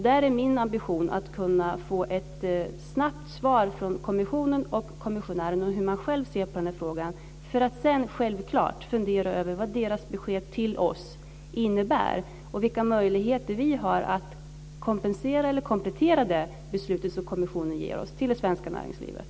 Där är min ambition att kunna få ett snabbt svar från kommissionen och kommissionären om hur man ser på frågan. Sedan ska vi självklart fundera över vad deras besked till oss innebär och vilka möjligheter vi har att kompensera eller komplettera det beslut som kommissionen ger oss till det svenska näringslivet.